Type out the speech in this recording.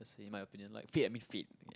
as in my opinion like fit and being fit